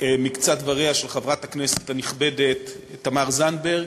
מקצת דבריה של חברת הכנסת הנכבדת תמר זנדברג.